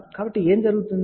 కాబట్టి ఏమి జరుగుతోంది